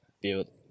build